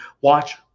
watch